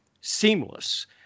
seamless